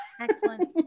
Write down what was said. Excellent